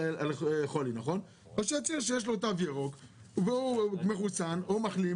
אז שיצהיר שיש לו תו ירוק והוא מחוסן או מחלים,